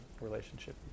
relationship